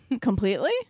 Completely